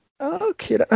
okay